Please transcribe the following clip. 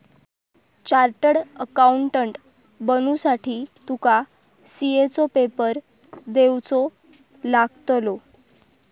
chartered accountant बनुसाठी तुका CA चो पेपर देवचो लागतलो